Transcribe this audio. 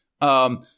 um-